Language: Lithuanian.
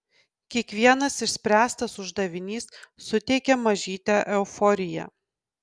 kiekvienas išspręstas uždavinys suteikia mažytę euforiją